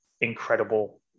incredible